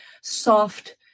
soft